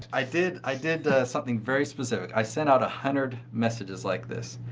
i did i did something very specific. i sent out a hundred messages like this.